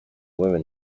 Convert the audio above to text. women